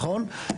נכון?